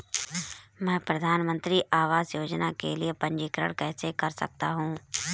मैं प्रधानमंत्री आवास योजना के लिए पंजीकरण कैसे कर सकता हूं?